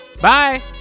bye